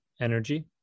energy